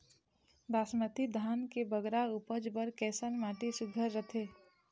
बासमती धान के बगरा उपज बर कैसन माटी सुघ्घर रथे?